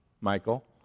Michael